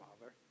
Father